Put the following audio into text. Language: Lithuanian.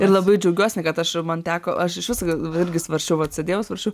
ir labai džiaugiuosi kad aš man teko aš iš viso irgi svarsčiau vat sėdėjau svarsčiau